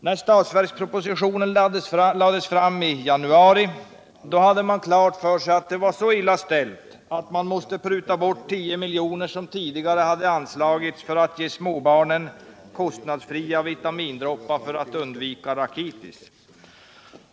När budgetpropositionen lades fram i januari hade man klart för sig att det var så illa ställt att man måste pruta bort 10 milj.kr. som tidigare hade anslagits för att ge småbarnen kostnadsfria vitamindroppar för att undvika rakitis.